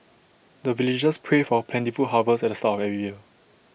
the villagers pray for plentiful harvest at the start of every year